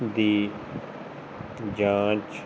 ਦੀ ਜਾਂਚ